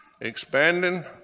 Expanding